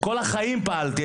כל החיים פעלתי.